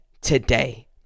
today